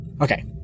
Okay